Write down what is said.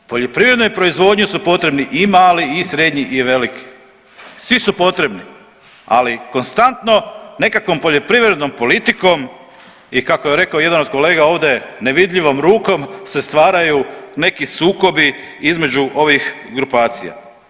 Poljoprivrednoj proizvodnji su potrebni i mali, i srednji i veliki svi su potrebni, ali konstantno nekakvom poljoprivrednom politikom i kako je rekao jedan od kolega ovdje, nevidljivom rukom se stvaraju neki sukobi između ovih grupacija.